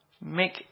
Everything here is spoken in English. make